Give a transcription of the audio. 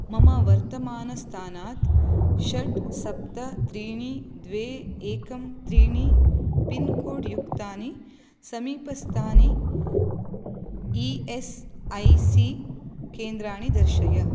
मम वर्तमानस्थानात् षट् सप्त त्रीणि द्वे एकम् त्रीणि पिन् कोड् युक्तानि समीपस्थानि ई एस् ऐ सी केन्द्राणि दर्शय